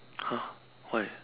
!huh! why